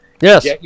Yes